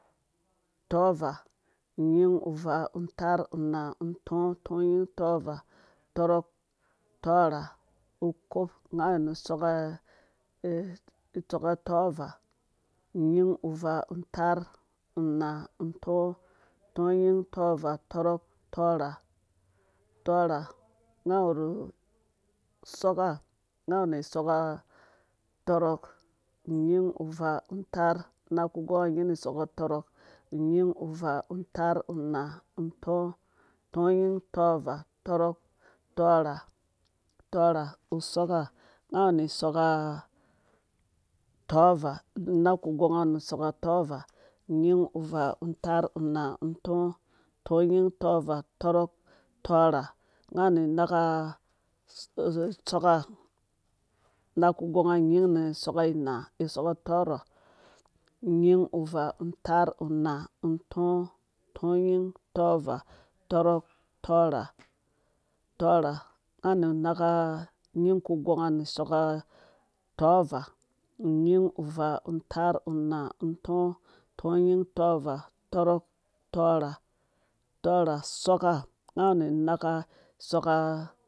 Tɔvaa unyin uvaa taar unaa untɔɔ tɔnyin tɔvaa tɔrɔk tɔrha ko nga awu nu soka tɔvaa unyin uvaa taar unaa untɔɔ tɔnyin tɔvaa tɔrɔk tɔrha soka nga awu nu soka tɔrɔk. unyin uvaa utaar unaku gonga nyin nu soka yɔrɔk unyin uvaa taar unaa untɔɔ tɔnyin tɔvaa tɔrɔk tɔrhatɔrha usoka nga awu nu soka tɔvaa unaka gonga nu soka tɔvaa unyin uvaa taar unaa untɔɔ tɔnyin tɔvaa tɔrɔk tɔrha nga awu nu naka naku gonga nyin nu soka inaa nu soka tɔrha unyin uvaa utaar unaa utɔɔ tɔnyin tɔvaa tɔrɔk tɔrha tɔha nga awu nu naka nyin ku gonga vnu soka tɔvaa unyin uvaa taar unaa untɔɔ tɔnyin tɔvaa tɔrɔk tɔrha soka nga awu nu naka soka